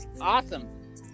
awesome